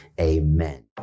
Amen